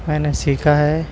میں نے سیکھا ہے